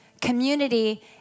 community